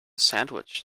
sandwich